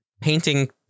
painting